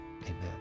amen